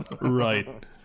right